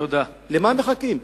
למה מחכים?